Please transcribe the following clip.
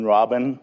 Robin